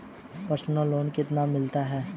Personal loan कितना मिलता है?